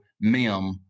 Mim